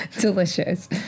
delicious